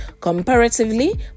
Comparatively